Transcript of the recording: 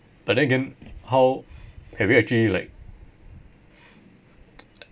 but then again how have you actually like